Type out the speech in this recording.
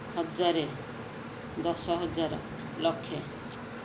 ହଜାର ଦଶ ହଜାର ଲକ୍ଷେ